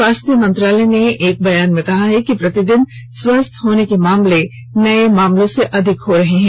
स्वास्थ मंत्रालय ने एक बयान में कहा है कि प्रतिदिन स्वस्थ होने के मामले नए मामलों से अधिक हो रहे हैं